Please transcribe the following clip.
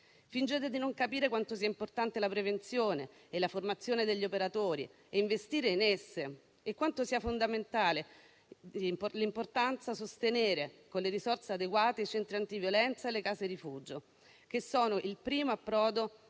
Fingete di non capire quanto sia importante la prevenzione e la formazione degli operatori e investire in esse e quanto sia di fondamentale importanza sostenere, con risorse adeguate, i centri antiviolenza e le case rifugio, che sono il primo approdo